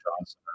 Johnson